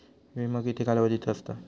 विमो किती कालावधीचो असता?